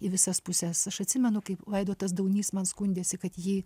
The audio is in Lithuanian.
į visas puses aš atsimenu kaip vaidotas daunys man skundėsi kad jį